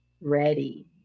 ready